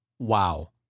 Wow